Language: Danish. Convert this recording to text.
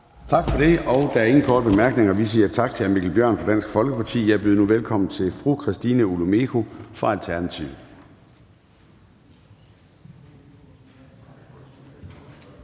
Tak for det. Der er ingen korte bemærkninger. Vi siger tak til hr. Mikkel Bjørn fra Dansk Folkeparti. Jeg byder nu velkommen til fru Christina Olumeko fra Alternativet.